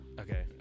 Okay